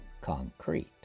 concrete